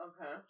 Okay